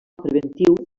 preventiu